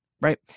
right